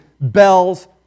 Bell's